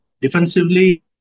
defensively